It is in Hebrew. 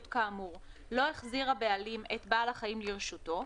כאמור לא החזיר הבעלים את בעל החיים לרשותו,